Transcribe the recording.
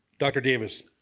dr. davis.